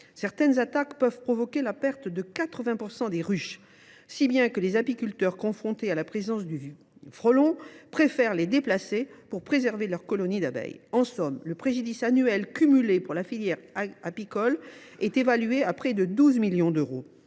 Certaines attaques peuvent provoquer la perte de 80 % des ruches, si bien que les apiculteurs confrontés à la présence du frelon préfèrent déplacer leurs ruches pour préserver leurs colonies d’abeilles. En somme, le préjudice annuel cumulé pour la filière apicole est évalué à près de 12 millions d’euros,